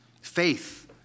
Faith